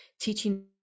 teaching